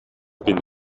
been